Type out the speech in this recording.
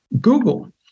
Google